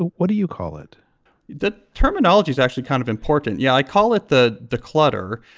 what do you call it the terminology is actually kind of important. yeah i call it the the clutter